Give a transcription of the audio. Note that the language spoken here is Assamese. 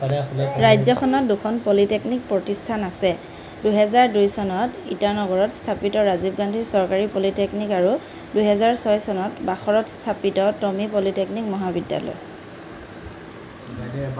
ৰাজ্যখনত দুখন পলিটেকনিক প্ৰতিষ্ঠান আছে দুহেজাৰ দুই চনত ইটানগৰত স্থাপিত ৰাজীৱ গান্ধী চৰকাৰী পলিটেকনিক আৰু দুহেজাৰ ছয় চনত বাসৰত স্থাপিত টমি পলিটেকনিক মহাবিদ্যালয়